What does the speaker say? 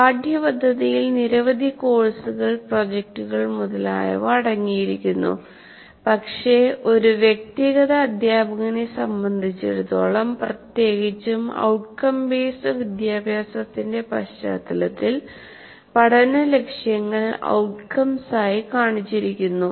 പാഠ്യപദ്ധതിയിൽ നിരവധി കോഴ്സുകൾ പ്രോജക്റ്റുകൾ മുതലായവ അടങ്ങിയിരിക്കുന്നു പക്ഷേ ഒരു വ്യക്തിഗത അധ്യാപകനെ സംബന്ധിച്ചിടത്തോളം പ്രത്യേകിച്ചും ഔട്ട്കം ബേസ്ഡ് വിദ്യാഭ്യാസത്തിൻറെ പശ്ചാത്തലത്തിൽ പഠന ലക്ഷ്യങ്ങൾ ഔട്ട്കംസായി കാണിച്ചിരിക്കുന്നു